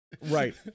Right